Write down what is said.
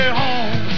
home